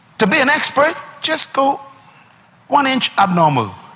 to be an expert, just go one inch abnormal.